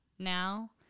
now